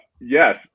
yes